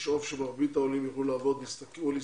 לשאוף שמרבית העולים יוכלו לעבוד ולהשתכר